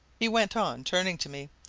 he went on, turning to me.